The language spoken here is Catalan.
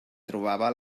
trobava